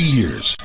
years